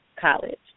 college